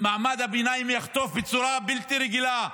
מעמד הביניים יחטוף בצורה בלתי רגילה,